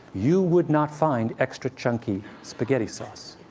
you would not find extra-chunky spaghetti sauce.